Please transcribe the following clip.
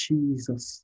Jesus